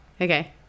Okay